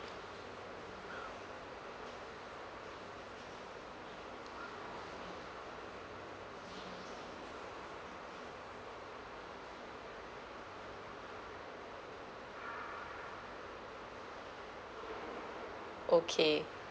okay